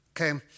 Okay